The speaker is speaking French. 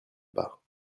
bas